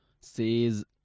says